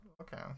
Okay